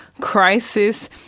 crisis